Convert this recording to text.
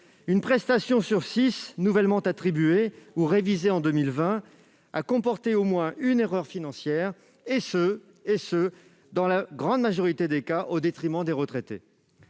Une prestation sur six nouvellement attribuée ou révisée en 2020 a comporté au moins une erreur financière, et ce, dans la grande majorité des cas, au détriment des retraités